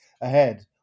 ahead